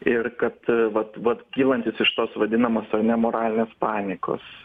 ir kad vat vat kylantis iš tos vadinamos ar ne moralinės panikos